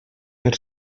per